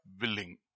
willing